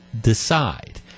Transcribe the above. decide